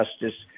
justice